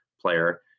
player